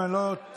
אם אני לא טועה,